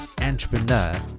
entrepreneur